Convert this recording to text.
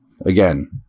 Again